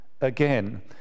again